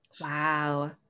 wow